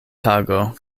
tago